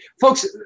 Folks